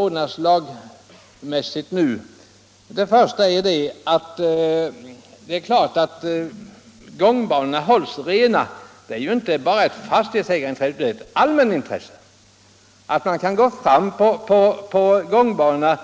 För det första är det inte bara ett fastighetsägarintresse att gångbanorna hålls rena, utan det är ett allmänintresse att man kan gå fram på gångbanorna